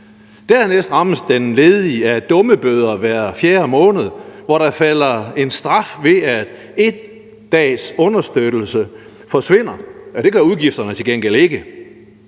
Dernæst rammes den ledige af dummebøder hver fjerde måned, hvor der falder en straf, ved at 1 dags understøttelse forsvinder, men det gør udgifterne til gengæld ikke.